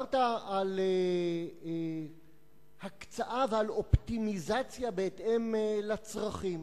דיברת על הקצאה ועל אופטימיזציה בהתאם לצרכים,